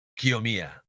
Kiyomiya